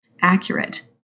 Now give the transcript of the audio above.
accurate